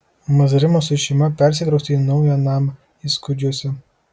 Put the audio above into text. mazrimas su šeima persikraustė į naują namą eiskudžiuose